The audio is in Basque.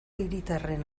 hiritarren